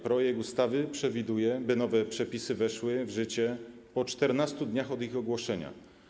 Projekt ustawy przewiduje, by nowe przepisy weszły w życie po 14 dniach od ich ogłoszenia.